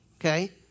okay